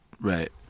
Right